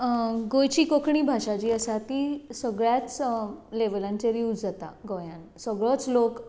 गोंयची कोंकणी भाशा जी आसा ती सगळ्या लेवलांचेर यूज जाता गोंयांत सगळोच लोक